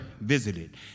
visited